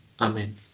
Amen